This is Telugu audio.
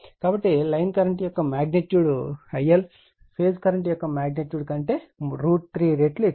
కాబట్టి లైన్ కరెంట్ యొక్క మాగ్నిట్యూడ్ IL ఫేజ్ కరెంట్ యొక్క మాగ్నిట్యూడ్ కంటే 3 రెట్లు ఎక్కువ